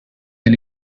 del